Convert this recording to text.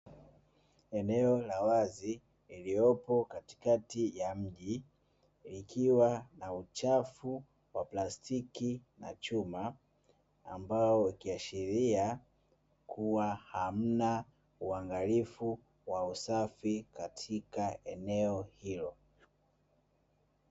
Eneo la wazi iliyopo katikati ya mji likiwa na uchafu wa plastiki na chuma, ambao ukiashiria kuwa hamna uangalifu wa usafi katika eneo hilo.